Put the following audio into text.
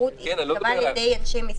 התדירות תיקבע על-ידי אנשי משרד הבריאות.